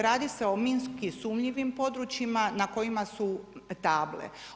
Radi se o minski sumnjivim područjima na kojima su table.